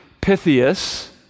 Pythias